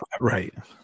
right